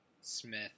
smith